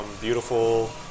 beautiful